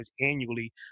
annually